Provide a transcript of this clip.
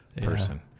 person